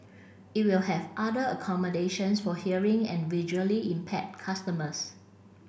it will have other accommodations for hearing and visually impaired customers